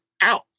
out